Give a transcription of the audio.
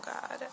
God